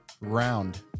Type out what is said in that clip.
round